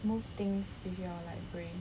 move things with your brain